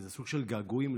בסוג של געגועים,